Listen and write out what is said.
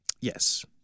Yes